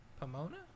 pomona